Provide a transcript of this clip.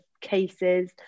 cases